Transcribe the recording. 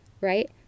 right